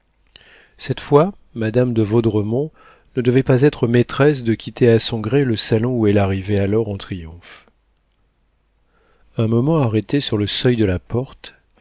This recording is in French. cette fois madame de vaudremont ne devait pas être maîtresse de quitter à son gré le salon où elle arrivait alors en triomphe un moment arrêtée sur le seuil de la porte